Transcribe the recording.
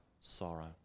sorrow